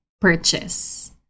purchase